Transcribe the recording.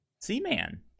Seaman